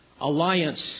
alliance